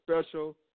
special